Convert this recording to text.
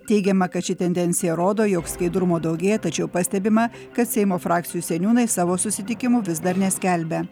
teigiama kad ši tendencija rodo jog skaidrumo daugėja tačiau pastebima kad seimo frakcijų seniūnai savo susitikimų vis dar neskelbia